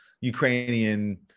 Ukrainian